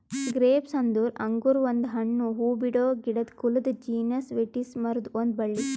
grapes ಅಂದುರ್ ಅಂಗುರ್ ಒಂದು ಹಣ್ಣು, ಹೂಬಿಡೋ ಗಿಡದ ಕುಲದ ಜೀನಸ್ ವಿಟಿಸ್ ಮರುದ್ ಒಂದ್ ಬಳ್ಳಿ